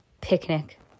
picnic